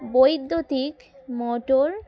বৈদ্যুতিক মোটর